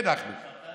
כן, אחמד.